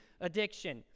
addiction